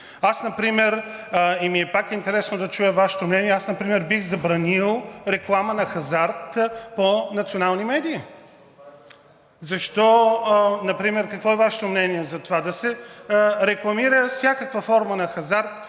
Аз например… пак ми е интересно да чуя Вашето мнение – аз например, бих забранил реклама на хазарт по национални медии. Какво е Вашето мнение за това да се рекламира всякаква форма на хазарт